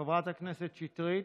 חברת הכנסת שטרית,